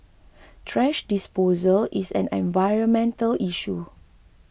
thrash disposal is an environmental issue